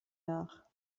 nach